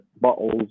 bottles